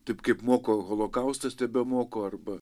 taip kaip moko holokaustas tebemoko arba